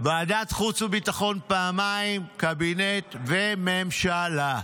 ועדת החוץ והביטחון פעמיים, קבינט וממשלה.